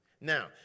now